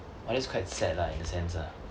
oh that's quite sad lah in a sense lah